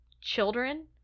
children